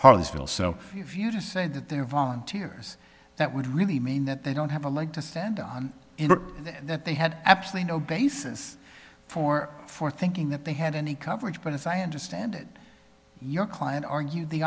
harleysville so if you are to say that there are volunteers that would really mean that they don't have a leg to stand on in that they had absolutely no basis for for thinking that they had any coverage but as i understand it your client argue the